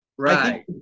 Right